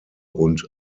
und